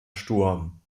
sturm